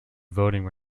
voting